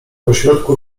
pośrodku